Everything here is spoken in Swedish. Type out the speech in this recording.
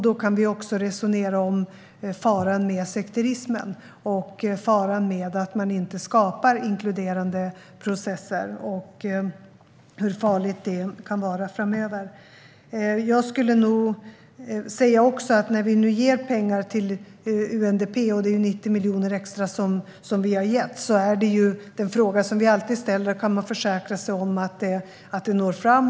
Då kan vi också resonera om faran framöver med sekterismen och med att man inte skapar inkluderande processer. När vi nu ger pengar till UNDP, 90 miljoner extra, är en fråga som vi alltid ställer om vi kan försäkra oss om att de når fram.